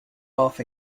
off